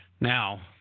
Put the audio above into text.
Now